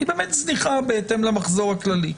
היא באמת זניחה בהתאם למחזור הכללי.